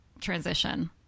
transition